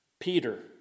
Peter